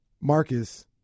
Marcus